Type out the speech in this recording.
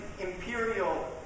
imperial